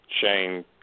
Shane